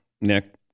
Nick